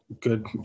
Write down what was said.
good